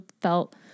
felt